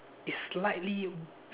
it's slightly